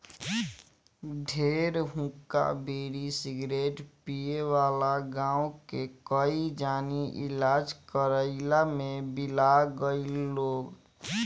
ढेर हुक्का, बीड़ी, सिगरेट पिए वाला गांव के कई जानी इलाज करवइला में बिला गईल लोग